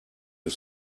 you